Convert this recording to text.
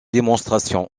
démonstration